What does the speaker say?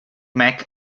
mac